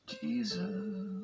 Jesus